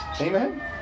Amen